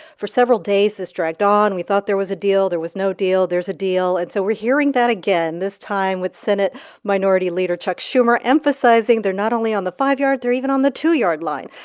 for several days, this dragged on. we thought there was a deal. there was no deal. there's a deal. and so we're hearing that again, this time with senate minority leader chuck schumer emphasizing they're not only on the five yard they're even on the two yard line.